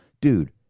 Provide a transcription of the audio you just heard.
dude